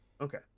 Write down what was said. okay